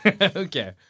Okay